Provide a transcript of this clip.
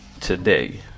today